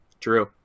True